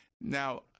Now